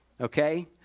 okay